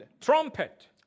Trumpet